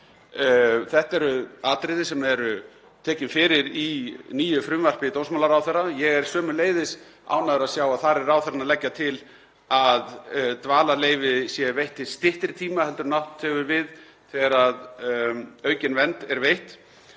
Þetta eru atriði sem eru tekin fyrir í nýju frumvarpi dómsmálaráðherra. Ég er sömuleiðis ánægður að sjá að þar er ráðherrann að leggja til að dvalarleyfi sé veitt til styttri tíma en átt hefur við þegar aukin vernd er veitt,